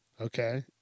Okay